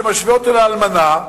שמשווה אותו לאלמנה.